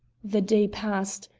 the day passed,